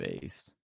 based